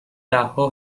دهها